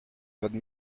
votre